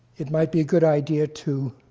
it might be a good idea to